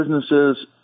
businesses